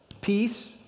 peace